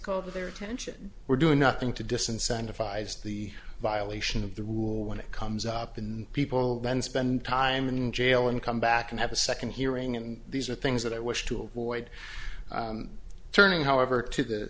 to their attention we're doing nothing to disincentive five's the violation of the rule when it comes up and people then spend time in jail and come back and have a second hearing and these are things that i wish to avoid turning however to the